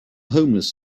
homeless